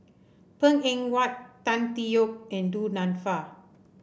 Png Eng Huat Tan Tee Yoke and Du Nanfa